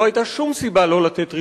לא היתה שום סיבה שלא לתת רשיון.